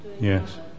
Yes